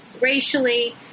racially